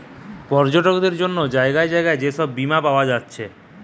পর্যটকদের জন্যে জাগায় জাগায় যে সব বীমা পায়া যাচ্ছে